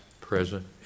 present